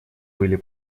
были